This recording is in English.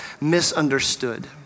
misunderstood